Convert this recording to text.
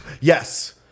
Yes